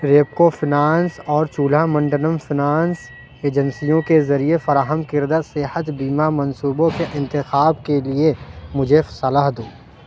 Repco finance اور Cholamandalam finance ایجنسیوں کے ذریعہ فراہم کردہ صحت بیمہ منصوبوں کے انتخاب کے لیے مجھے صلاح دو